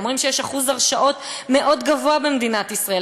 אומרים שיש אחוז הרשעות מאוד גבוה במדינת ישראל.